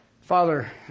Father